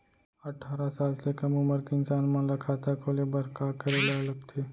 अट्ठारह साल से कम उमर के इंसान मन ला खाता खोले बर का करे ला लगथे?